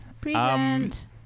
Present